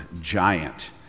Giant